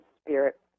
spirit